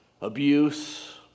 abuse